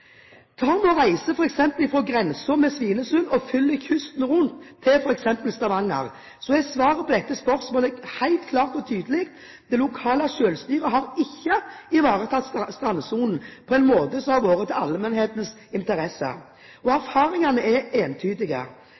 Svinesund og følger kysten rundt til f.eks. Stavanger, er svaret på dette spørsmålet helt klart og tydelig: Det lokale selvstyret har ikke ivaretatt strandsonen på en måte som har vært i allmennhetens interesser. Erfaringene er entydige.